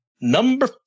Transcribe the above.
Number